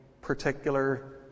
particular